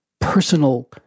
personal